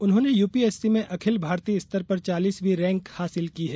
उन्होंने यूपीएससी में अखिल भारतीय स्तर पर चालीस वीं रैंक हासिल की है